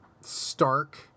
stark